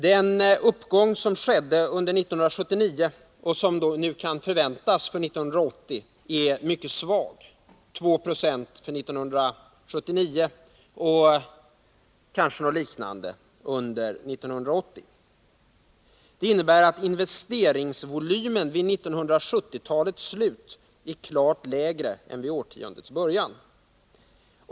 Den uppgång som skedde under 1979 och som nu kan förväntas för 1980 är mycket svag — 2 Jo för 1979 och kanske något liknande under 1980. Det innebär att investeringsvolymen vid 1970-talets slut är klart lägre än vid årtiondets början.